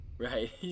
Right